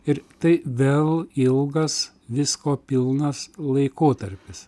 ir tai vėl ilgas visko pilnas laikotarpis